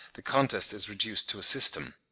the contest is reduced to a system.